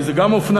כי זו גם אופנה,